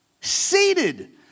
seated